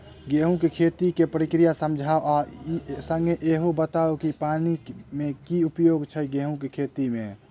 गेंहूँ केँ खेती केँ प्रक्रिया समझाउ आ संगे ईहो बताउ की पानि केँ की उपयोग छै गेंहूँ केँ खेती में?